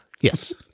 Yes